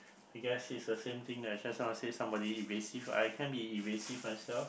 I guess it's the same thing that I just wanna say somebody evasive I can be evasive myself